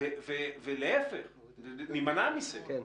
ולהפך נימנע מסגר.